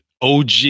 OG